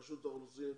רשות האוכלוסין,